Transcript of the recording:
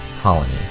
Colony